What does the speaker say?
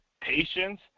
patience